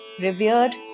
revered